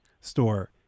store